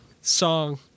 song